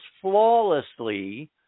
flawlessly